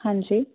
ਹਾਂਜੀ